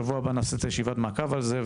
נעשה ישיבת מעקב על זה.